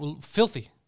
filthy